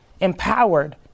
empowered